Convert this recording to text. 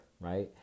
right